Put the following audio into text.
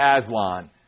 Aslan